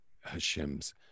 hashem's